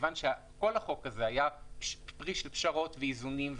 מכיוון שכל החוק הזה היה פרי של פשרות ואיזונים,